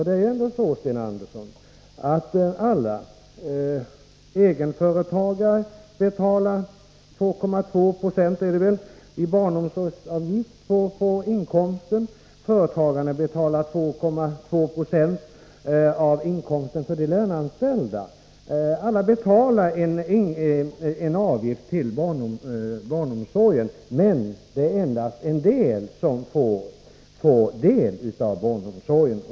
Det är ändå så, Sten Andersson, att alla inkomsttagare betalar barnomsorgsavgift. Alla egenföretagare betalar — tror jag-2,2 I ibarnomsorgsavgift på inkomsten och företagarna betalar 2,2 Zo av inkomsten för de löneanställda. Alla betalar således en avgift till barnomsorgen, men endast en del får del av barnomsorgen.